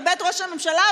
בבית הראש הממשלה,